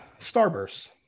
Starburst